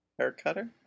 Haircutter